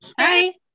Hi